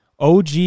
OG